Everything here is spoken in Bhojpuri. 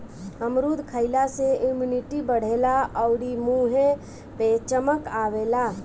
अमरूद खइला से इमुनिटी बढ़ेला अउरी मुंहे पे चमक आवेला